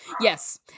Yes